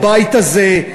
הבית הזה,